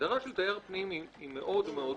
ההגדרה של "תייר פנים" מאוד מאוד